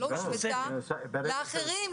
היא לא הושוותה לאחרים,